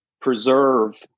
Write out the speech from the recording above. preserve